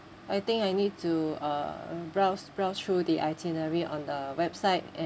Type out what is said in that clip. I think I need to uh browse browse through the itinerary on the website